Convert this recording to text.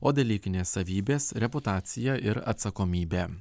o dalykinės savybės reputacija ir atsakomybė